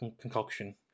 concoction